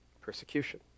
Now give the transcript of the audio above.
Persecution